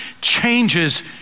changes